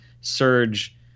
surge